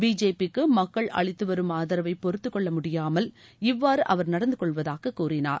பிஜேபிக்கு மக்கள் அளித்துவரும் ஆதரவை பொறுத்துக்கொள்ளமுடியாமல் இவ்வாறு அவர் நடந்துகொள்வதாக கூறினார்